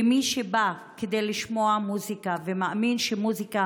ומי שבא כדי לשמוע מוזיקה ומאמין שמוזיקה